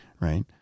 right